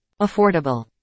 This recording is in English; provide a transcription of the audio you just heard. Affordable